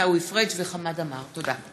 עיסאווי פריג' וחמד עמאר בנושא: